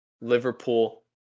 Liverpool